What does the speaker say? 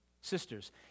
sisters